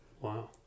Wow